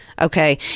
Okay